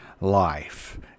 life